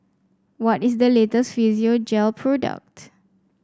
what is the latest Physiogel product